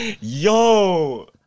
Yo